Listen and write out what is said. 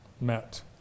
met